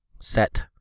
set